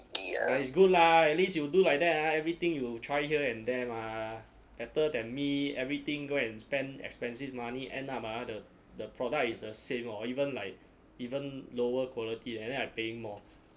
but is good lah at least you do like that ah everything you try here and there mah better than me everything go and spend expensive money end up ah the the product is the same or even like even lower quality and then I pay more